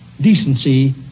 decency